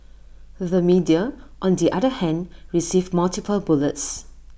the media on the other hand received multiple bullets